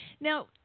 Now